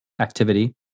activity